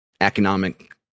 economic